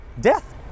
death